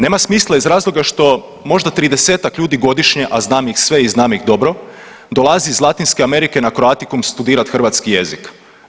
Nema smisla iz razloga što možda 30-ak ljudi godišnje, a znam ih sve i znam ih dobro dolazi iz Latinske Amerike na Croaticum studirat hrvatski jezik.